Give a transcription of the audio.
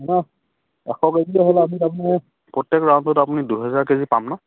প্ৰত্যেক ৰাউণ্ডত আমি দুহেজাৰ কেজি পাম ন